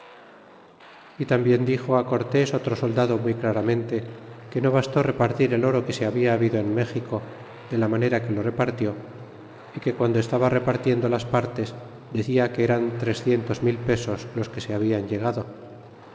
y tambien dixo cortés otro soldado muy claramente que no bastó repartir el oro que se habla habido en méxico de la manera que lo repartió y que quan do estaba repartiendo las partes decia que eran trecientos mil pesos los que se hablan llegado